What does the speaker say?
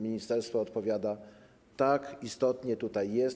Ministerstwo odpowiada: tak, istotnie, tak jest.